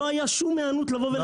לא הייתה שום היענות לבוא ולתת לי.